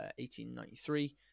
1893